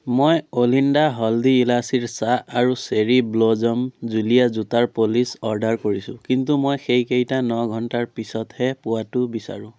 মই অ'লিণ্ডা হলদি ইলাচিৰ চাহ আৰু চেৰী ব্ল'জম জুলীয়া জোতাৰ প'লিচ অৰ্ডাৰ কৰিছোঁ কিন্তু মই সেইকেইটা ন ঘণ্টাৰ পিছতহে পোৱাটো বিচাৰোঁ